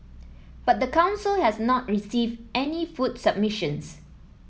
but the council has not received any food submissions